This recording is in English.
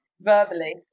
verbally